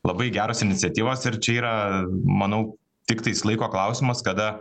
labai geros iniciatyvos ir čia yra manau tiktais laiko klausimas kada